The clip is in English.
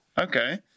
Okay